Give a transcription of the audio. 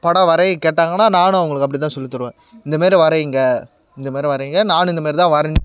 படம் வரைய கேட்டாங்கனால் நானும் அவங்களுக்கு அப்படி தான் சொல்லித் தருவேன் இந்தமாரி வரைங்க இந்தமாரி வரைங்க நானும் இந்தமாரி தான் வரைஞ்சேன்